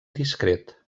discret